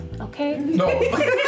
Okay